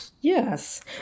Yes